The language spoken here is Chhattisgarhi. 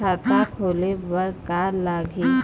खाता खोले बर का का लगही?